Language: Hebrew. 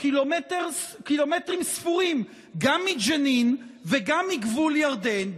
הוא קילומטרים ספורים גם מג'נין וגם מגבול ירדן,